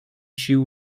sił